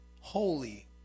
holy